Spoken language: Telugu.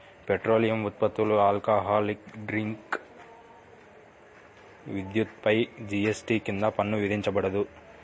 పెట్రోలియం ఉత్పత్తులు, ఆల్కహాలిక్ డ్రింక్స్, విద్యుత్పై జీఎస్టీ కింద పన్ను విధించబడదు